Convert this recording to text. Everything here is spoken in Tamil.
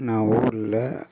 நான் ஊரில்